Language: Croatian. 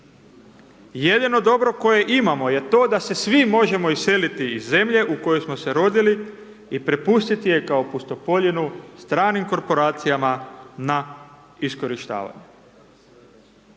Jedino dobro koje imamo je to da se svi možemo iseliti iz zemlje u kojoj smo se rodili i prepustiti je kao pustopoljinu stranim korporacijama na iskorištavanje.